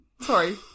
sorry